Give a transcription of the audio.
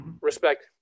respect